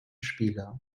spiele